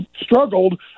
struggled